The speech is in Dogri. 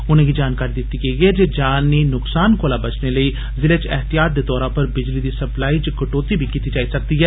उनेंगी जानकारी दित्ती गेई ऐ जे जानी नुक्सान कोला बचने लेई जिले च एहतियात दे तौरा पर बिजली दी सप्लाई च कटोती बी कीती जाई सकदी ऐ